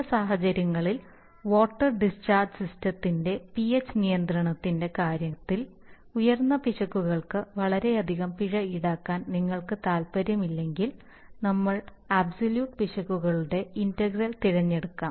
ചില സാഹചര്യങ്ങളിൽ water discharge സിസ്റ്റത്തിന്റെ പിഎച്ച് നിയന്ത്രണത്തിന്റെ കാര്യത്തിൽ ഉയർന്ന പിശകുകൾക്ക് വളരെയധികം പിഴ ഈടാക്കാൻ നിങ്ങൾക്ക് താൽപ്പര്യമില്ലെങ്കിൽ നമ്മൾ ആബ്സലൂറ്റ് പിശകുകളുടെ ഇന്റഗ്രൽ തിരഞ്ഞെടുക്കാം